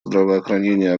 здравоохранение